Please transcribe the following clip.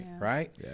Right